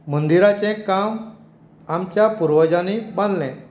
मंदिराचें काम आमच्या पुर्वजांनी बांदलें